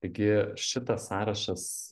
taigi šitas sąrašas